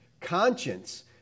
conscience